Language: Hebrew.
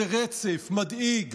זה רצף מדאיג